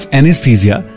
anesthesia